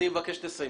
אני מבקש שתסיימי.